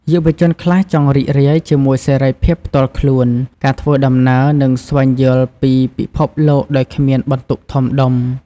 យុវជនខ្លះចង់រីករាយជាមួយសេរីភាពផ្ទាល់ខ្លួន ការធ្វើដំណើរ និងស្វែងយល់ពីពិភពលោកដោយគ្មានបន្ទុកធំដុំ។